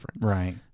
Right